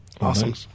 Awesome